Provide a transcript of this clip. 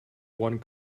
one